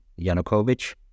Yanukovych